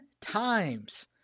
times